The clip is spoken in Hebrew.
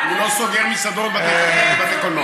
הוא לא סוגר מסעדות, בתי קפה ובתי קולנוע.